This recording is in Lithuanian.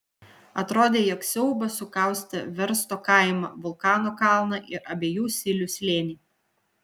atrodė jog siaubas sukaustė versto kaimą vulkano kalną ir abiejų silių slėnį